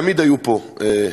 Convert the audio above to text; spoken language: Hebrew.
תמיד היו פה ישראלים,